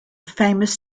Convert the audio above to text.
famous